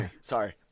sorry